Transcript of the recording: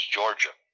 Georgia